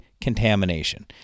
contamination